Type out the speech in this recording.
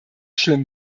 schlimm